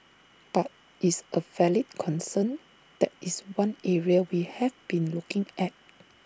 but is A valid concern that is one area we have been looking at